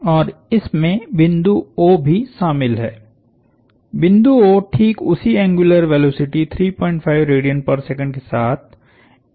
और इसमें बिंदु O भी शामिल है बिंदु O ठीक उसी एंग्युलर वेलोसिटीके साथ A के सापेक्ष घूर्णन कर रहा है